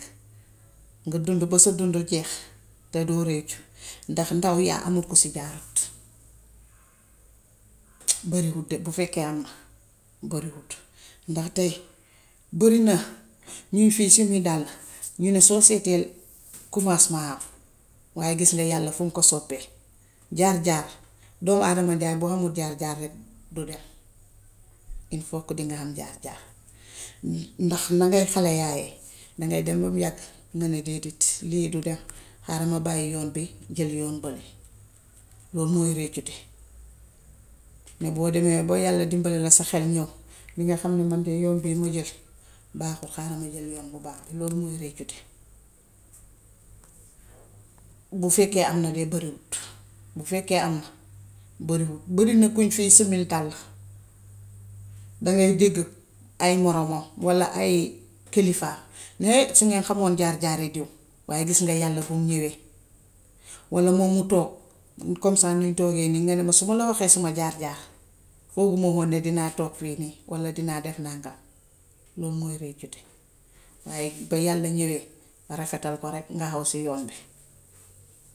Nga dundu ba sa dundu jeex te doo réccu ndax ndaw yaa hamut ku si jaarut, bariwul de bu fekkee am na bariwut ndax tay barina ñiy fiy summi dàll, ñu ne soo seetee commencement waaya gis nga yàlla fum ko soppee. Jaar-jaar. Doom-aadama njaay bu hamut jaar-jaar rekk du dem. Il faut que dinga am jaar-jaar ndax na ngay xaleyaaye. dangay dem bam yàgg nga déedéet lii du dem haara ba bàyyi yoon bii jël bële. Loolu mooy réccute. Ne boo demee ba yàlla dimabele sa xel ñów dinga xam ne man de yoon bee ma jël baaxul xaaral ma jël yoon bu baax bi. Loolu mooy réccute. Bu fekkee am na de bariwut bu fekkee am na bariwut. Barina kuñ fi simmil dàll, dangay dégg ay moroomam walla ay kilifaam ne su ngeen xamoon jaar-jaari diw waaye gis nga yàlla bam ñówee walla moom mu toog comme ça niñ toogee nii nga ne su ma la waxee sama jaar-jaar, foogumahoon dinaa toog fii walla dinaa def nàngam. Loolu mooy réccute. Waaya ba yàlla ñówee rafetal ko rekk nga haw si yoon bi.